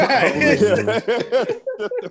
Right